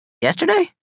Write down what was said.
Yesterday